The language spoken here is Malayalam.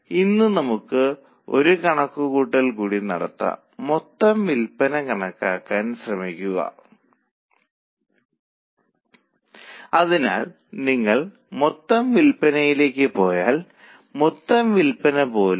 ഇപ്പോൾ വർക്കിംഗ് പാർട്ടി ഇനിപ്പറയുന്ന നിർദ്ദേശങ്ങളുമായി തിരികെ റിപ്പോർട്ട് ചെയ്യുന്നു അവർ ആവശ്യപ്പെടുന്നത് ബജറ്റ് ലാഭം 25000 ആകണമെന്നാണ്